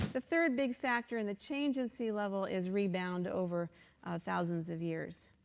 the third big factor in the change in sea level is rebound over thousands of years.